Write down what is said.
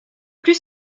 plus